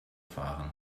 fahren